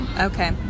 Okay